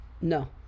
No